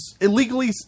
illegally